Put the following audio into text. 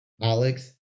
alex